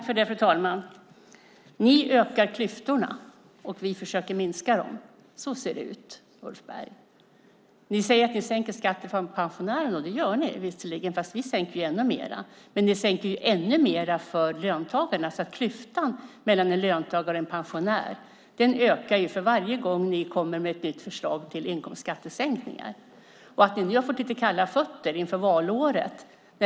Fru talman! Ni ökar klyftorna, och vi försöker minska dem. Så ser det ut, Ulf Berg. Ni säger att ni sänker skatten för pensionärerna. Det gör ni visserligen, fast vi sänker ännu mer. Men ni sänker ännu mer för löntagarna. Klyftan mellan en löntagare och en pensionär ökar för varje gång ni kommer med ett nytt förslag till inkomstskattesänkningar. Ni har nu fått kalla fötter inför valåret.